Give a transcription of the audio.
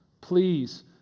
Please